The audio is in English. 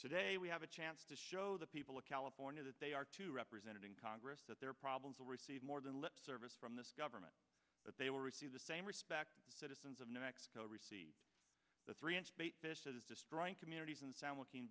today we have a chance to show the people of california that they are too represented in congress that their problems will receive more than lip service from this government but they will receive the same respect the citizens of new mexico receive the three inch baitfish is destroying communities in san